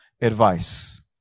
advice